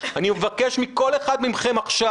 אני מבקש מכל אחד מכם עכשיו,